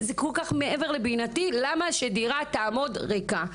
זה כל כך מעבר לבינתי למה שדירה תעמוד ריקה.